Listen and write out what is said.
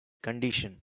condition